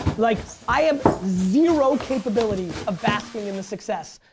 like i have zero capability of basking in the success.